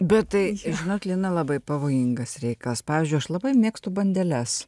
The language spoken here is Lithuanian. bet tai žinot lina labai pavojingas reikalas pavyzdžiui aš labai mėgstu bandeles